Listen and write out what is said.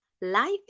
life